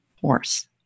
horse